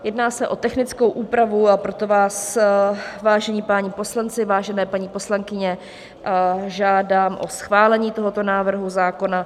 Jedná se o technickou úpravu, a proto vás, vážení páni poslanci, vážené paní poslankyně, žádám o schválení tohoto návrhu zákona.